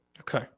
Okay